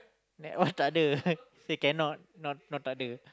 that one tak ada say cannot not not tak ada